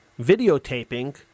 videotaping